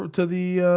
to the.